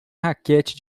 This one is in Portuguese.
raquete